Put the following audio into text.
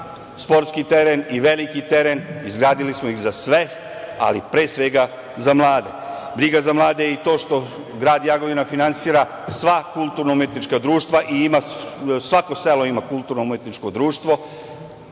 sportski teren, i veliki teren, izgradili smo iz za sve, ali pre svega za mlade. Briga za mlade i to što grad Jagodina finansira sva kulturno-umetnička društva i svako selo ima kulturno-umetničko